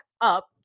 up